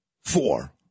four